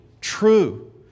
true